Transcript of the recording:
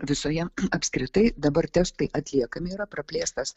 visoje apskritai dabar testai atliekami yra praplėstas